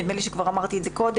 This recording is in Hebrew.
נדמה לי שכבר אמרתי את זה קודם,